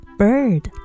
bird